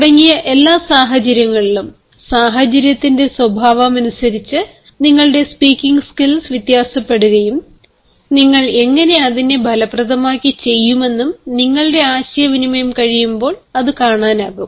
ഇപ്പോൾ എല്ലാ സാഹചര്യങ്ങളിലും സാഹചര്യത്തിന്റെ സ്വഭാവത്തിനനുസരിച് നിങ്ങളുടെ സ്പീകിംഗ് സ്കിൽസ് speaking skills0 വ്യത്യാസപ്പെടുകയും നിങ്ങൾ എങ്ങനെ അതിനെ ഫലപ്രദമാക്കി ചെയ്യുമെന്നും നിങ്ങളുടെ ആശയവിനിമയം കഴിയുമ്പോൾ അത് കാണാനാകും